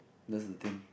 that's the thing